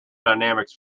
dynamics